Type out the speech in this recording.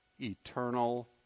eternal